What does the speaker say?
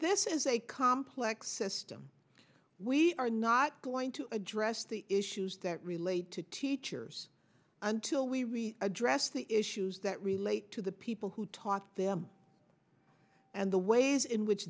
this is a complex system we are not going to address the issues that relate to teachers until we really address the issues that relate to the people who talk to them and the ways in which